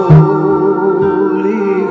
Holy